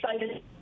excited